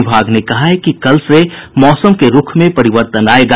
विभाग ने कहा है कि कल से मौसम के रूख में परिवर्तन आयेगा